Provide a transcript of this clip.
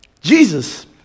Jesus